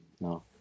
no